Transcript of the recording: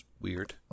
weird